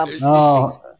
no